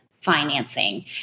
financing